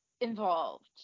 involved